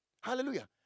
Hallelujah